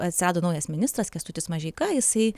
atsirado naujas ministras kęstutis mažeika jisai